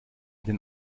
den